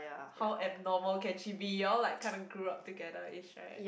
how abnormal can she be you all like kinda grew up together ish right